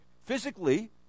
Physically